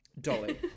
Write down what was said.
Dolly